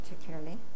particularly